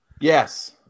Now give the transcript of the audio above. Yes